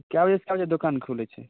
कै बजेसँ कै बजे दोकान खुलै छै